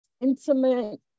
intimate